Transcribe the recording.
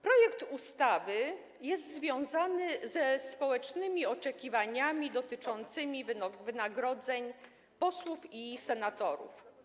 Projekt ustawy jest związany ze społecznymi oczekiwaniami dotyczącymi wynagrodzeń posłów i senatorów.